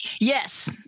Yes